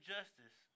Justice